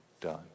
done